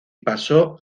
paso